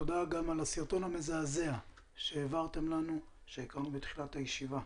תודה גם על הסרטון המזעזע שהעברתם לנו והקרנו בתחילת הישיבה.